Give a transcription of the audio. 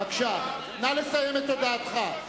בבקשה, נא לסיים את הודעתך.